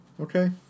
Okay